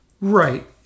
Right